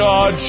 God